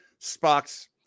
Spock's